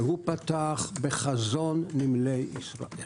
והוא פתח בחזון נמלי ישראל.